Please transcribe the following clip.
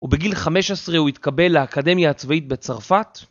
ובגיל 15 הוא התקבל לאקדמיה הצבאית בצרפת.